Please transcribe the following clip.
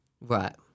Right